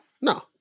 No